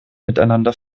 miteinander